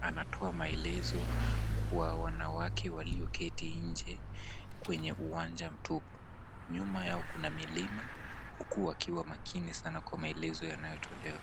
Anatoa maelezo kwa wanawake walioketi nje kwenye uwanja mtupu. Nyuma yao kuna milima huku wakiwa makini sana kwa maelezo yanayotolewa.